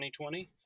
2020